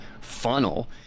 funnel